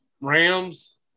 Rams